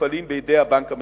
המופעלים בידי הבנק המרכזי.